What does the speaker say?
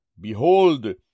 Behold